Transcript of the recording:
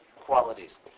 qualities